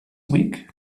week